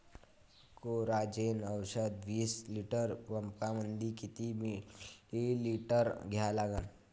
Coragen औषध विस litre पंपामंदी किती मिलीमिटर घ्या लागन?